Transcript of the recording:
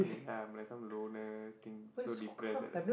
ya I'm like some loner thing so depressed like that